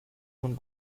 von